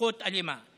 ופחות אלימה.